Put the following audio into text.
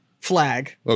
flag